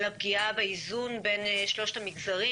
על הפגיעה באיזון בין שלושת המגזרים,